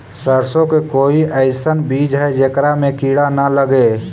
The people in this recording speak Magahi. सरसों के कोई एइसन बिज है जेकरा में किड़ा न लगे?